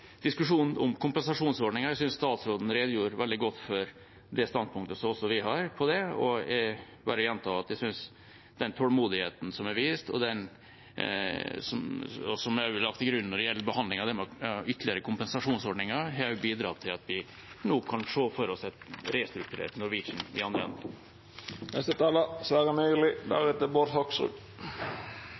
diskusjonen om kompensasjonsordning. Jeg synes statsråden redegjorde veldig godt for det standpunktet vi også har når det gjelder det. Jeg bare gjentar at jeg synes at den tålmodigheten som er vist, og som også er lagt til grunn når det gjelder behandlingen av ytterligere kompensasjonsordninger, har bidratt til at vi nå kan se for oss et restrukturert Norwegian i andre enden. En gang til til representanten Hoksrud